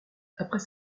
après